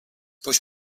push